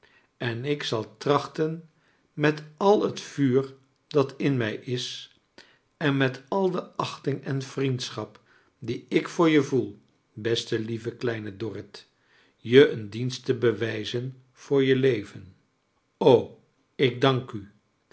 en ik zal trachten met al het vuur dat in mij is en met al de achting en vriendschap die ik voor je voel beste lieve kleine dorrit je een dienst te bewijzen voor je leven ik dank u